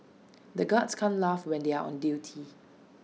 the guards can' T laugh when they are on duty